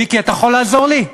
מיקי, אתה יכול לעזור לי?